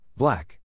Black